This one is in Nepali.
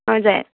हजुर